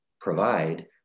provide